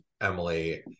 Emily